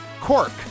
Cork